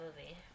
movie